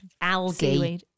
algae